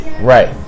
Right